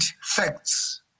facts